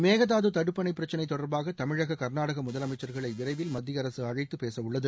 மேகதாது தடுப்பணை பிரச்சினை தொடா்பாக தமிழக கா்நாடக முதலமைச்சா்களை விரைவில் மத்திய அரசு அழைத்து பேச உள்ளது